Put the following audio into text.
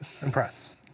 Impress